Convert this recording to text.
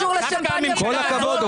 לא משפצים את --- עם כל הכבוד,